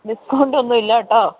discount ഒന്നും ഇല്ല കേട്ടോ